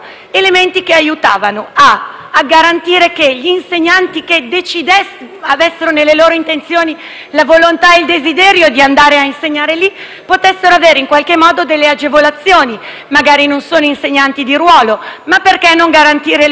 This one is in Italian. a garantire che gli insegnanti che avessero intenzione di andare a insegnare lì potessero avere in qualche modo delle agevolazioni. Magari non sono insegnanti di ruolo, ma perché non garantire loro, per esempio, una triennalità,